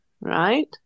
right